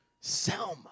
Selma